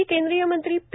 माजी केंद्रीय मंत्री पी